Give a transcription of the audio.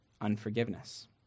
unforgiveness